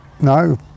no